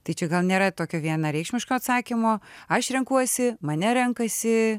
tai čia gal nėra tokio vienareikšmiško atsakymo aš renkuosi mane renkasi